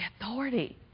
authority